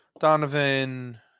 Donovan